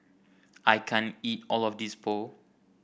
I can't eat all of this Pho